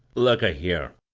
look a-here,